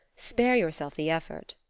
spare yourself the effort.